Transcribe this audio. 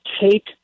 take